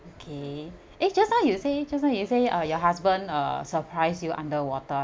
okay eh just now you say just now you say uh your husband uh surprise you underwater